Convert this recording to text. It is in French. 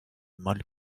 mal